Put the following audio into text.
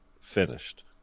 finished